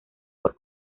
por